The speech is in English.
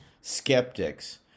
skeptics